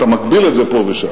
אתה מגביל את זה פה ושם,